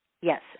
Yes